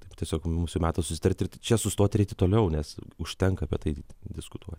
taip tiesiog mūsų metas susitarti ir čia sustoti ir eiti toliau nes užtenka apie tai diskutuoti